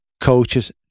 coaches